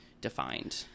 defined